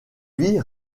vie